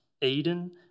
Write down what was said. Eden